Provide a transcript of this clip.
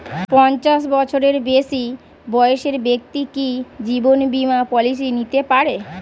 পঞ্চাশ বছরের বেশি বয়সের ব্যক্তি কি জীবন বীমা পলিসি নিতে পারে?